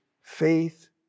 faith